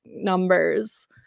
numbers